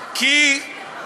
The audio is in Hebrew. אנחנו מקשיבים לך.